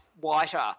whiter